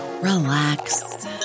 relax